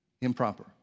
improper